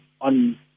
on